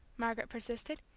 margaret persisted,